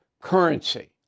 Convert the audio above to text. currency